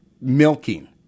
milking